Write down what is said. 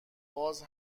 باز